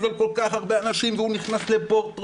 בשביל כל כך הרבה אנשים והוא נכנס לפרוטרוט